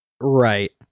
Right